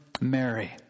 Mary